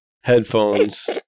headphones